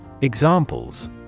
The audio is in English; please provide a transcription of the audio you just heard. Examples